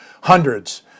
hundreds